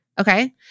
Okay